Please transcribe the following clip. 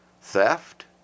theft